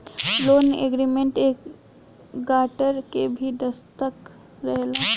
loan agreement में एक grantor के भी दस्तख़त रहेला